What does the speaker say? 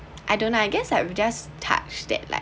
I don't I guess I will just touched it like